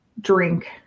drink